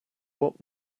what